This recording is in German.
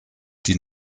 die